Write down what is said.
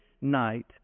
night